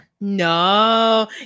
No